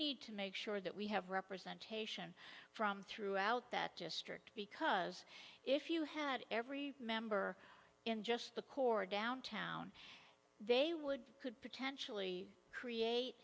need to make sure that we have representation from throughout that district because if you had every member in just the core downtown they would could potentially